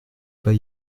pas